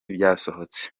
byasohotse